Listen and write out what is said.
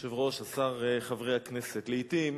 אדוני היושב-ראש, השר, חברי הכנסת, לעתים